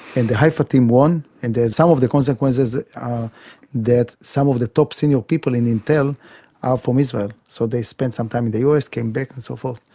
and the haifa team won, and then some of the consequences are that some of the top senior people in intel are from israel, so they spent some time in the us, came back and so forth.